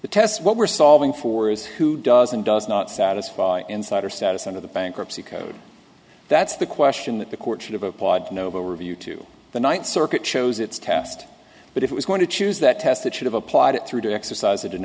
the test what we're solving for is who does and does not satisfy insider status under the bankruptcy code that's the question that the court should have applied novo review to the ninth circuit shows its test but if it was going to choose that test it should have applied it through the exercise